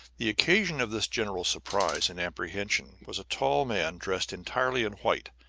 the occasion of this general surprise and apprehension was a tall man dressed entirely in white,